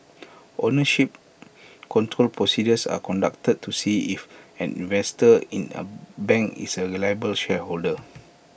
ownership control procedures are conducted to see if an investor in A bank is A reliable shareholder